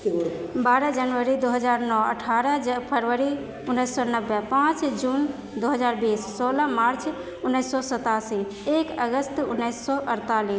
बारह जनबरी दू हजार नओ अठारह ज फरबरी उन्नैस सए नबे पाँच जून दू हजार बीस सोलह मार्च उन्नैस सए सतासी एक अगस्त उन्नीस सौ अड़तालीस